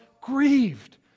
grieved